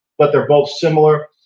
but they're both similar,